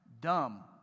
dumb